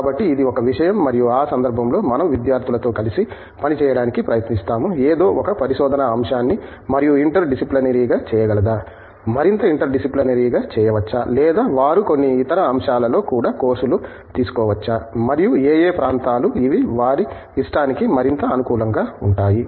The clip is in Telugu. కాబట్టి ఇది ఒక విషయం మరియు ఆ సందర్భంలో మనం విద్యార్థులతో కలిసి పనిచేయడానికి ప్రయత్నిస్తాము ఏదో ఒక పరిశోధనా అంశాన్ని మరింత ఇంటర్ డిసిప్లినరీగా చేయగలదా మరింత ఇంటర్ డిసిప్లినరీగా చేయవచ్చా లేదా వారు కొన్ని ఇతర అంశాలలో కూడా కోర్సులు తీసుకోవచ్చా మరియు ఏయే ప్రాంతాలు ఇవి వారి ఇష్టానికి మరింత అనుకూలంగా ఉంటాయి